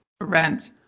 rent